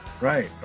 Right